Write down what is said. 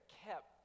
kept